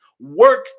work